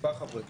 מספר חברי כנסת.